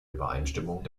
übereinstimmung